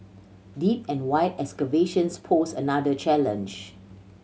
deep and wide excavations posed another challenge